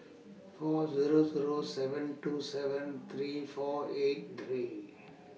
four Zero Zero seven two seven three four eight three